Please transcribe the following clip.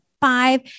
five